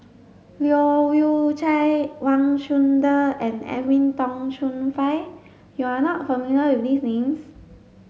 Leu Yew Chye Wang Chunde and Edwin Tong Chun Fai you are not familiar with these names